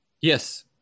Yes